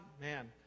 man